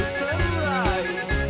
sunrise